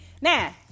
now